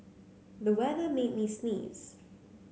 the weather made me sneeze